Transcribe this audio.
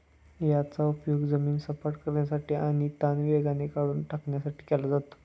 याचा उपयोग जमीन सपाट करण्यासाठी आणि तण वेगाने काढून टाकण्यासाठी केला जातो